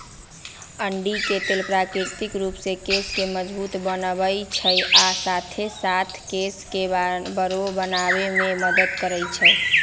अंडी के तेल प्राकृतिक रूप से केश के मजबूत बनबई छई आ साथे साथ केश के बरो बनावे में मदद करई छई